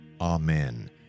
Amen